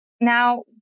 Now